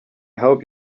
hope